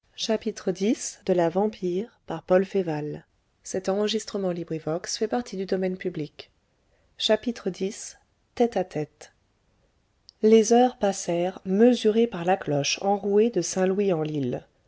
x tête a tête les heures passèrent mesurées par la cloche enrouée de saint louis en lile